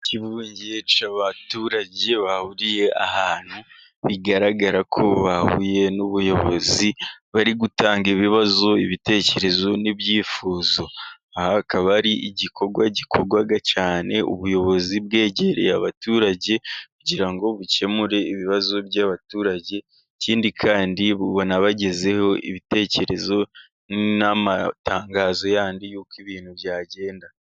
Ikivunge cy'abaturage bahuriye ahantu, bigaragara ko bahuye n'ubuyobozi bari gutanga ibibazo, ibitekerezo n'ibyifuzo. Aha hakaba hari igikorwa gikorwa cyane ubuyobozi bwegereye abaturage, kugira ngo bukemure ibibazo by'abaturage, ikindi kandi bunabagezeho ibitekerezo n'amatangazo yandi y'uko ibintu byagenda.